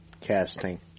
casting